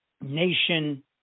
nation